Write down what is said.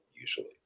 usually